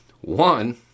One